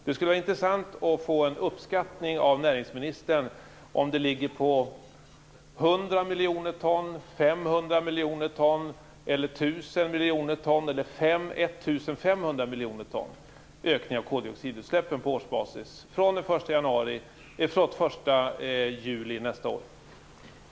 Det vore intressant att få en uppskattning av näringsministern om ökningen av koldioxidutsläppen på årsbasis från den 1 juli nästa år ligger på 100, 500, 1 000 eller